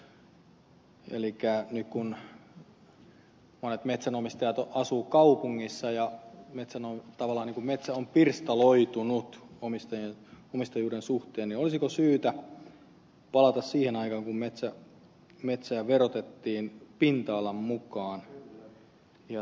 elikkä nyt kun monet metsänomistajat asuvat kaupungissa ja tavallaan metsä on pirstaloitunut omistajuuden suhteen niin olisiko syytä palata siihen aikaan kun metsää verotettiin pinta alan mukaan